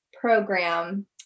program